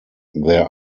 there